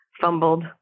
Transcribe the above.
fumbled